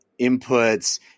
inputs